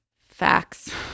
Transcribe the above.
facts